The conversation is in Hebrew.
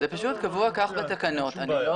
זה פשוט קבוע כך בתקנות.